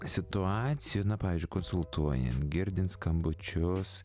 situacijų pavyzdžiui konsultuojant girdint skambučius